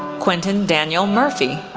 quintin daniel murphy,